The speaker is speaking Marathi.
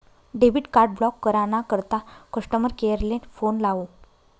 डेबिट कार्ड ब्लॉक करा ना करता कस्टमर केअर ले फोन लावो